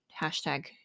Hashtag